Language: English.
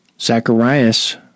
Zacharias